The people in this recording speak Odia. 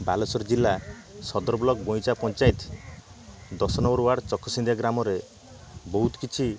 ବାଲେଶ୍ୱର ଜିଲ୍ଲା ସଦର ବ୍ଲକ୍ ବଇଁଚା ପଞ୍ଚାୟତ ଦଶ ନମ୍ବର୍ ୱାର୍ଡ଼ ଚକସିନ୍ଦିଆ ଗ୍ରାମରେ ବହୁତ କିଛି